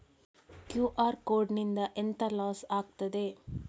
QR code ನಿಂದ ಎಂತ loss ಆಗ್ತದೆ?